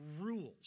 rules